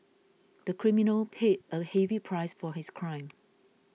the criminal paid a heavy price for his crime